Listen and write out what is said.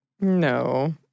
No